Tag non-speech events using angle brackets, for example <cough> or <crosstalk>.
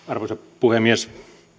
<unintelligible> arvoisa puhemies